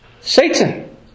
Satan